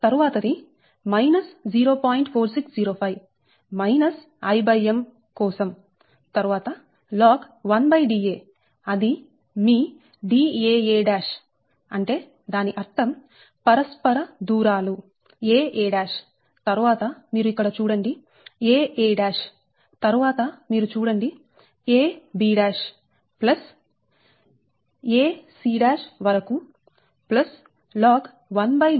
4605 minus Im కోసం తరువాత log 1Da అది Daaఅంటే దాని అర్థం పరస్పర దూరాలు aa తరువాత మీరు ఇక్కడ చూడండి aa aa తరువాత మీరు చూడండి ab ab వరకు ac ac వరకు log 1Dam am పరస్పర దూరాలు